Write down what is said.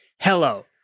hello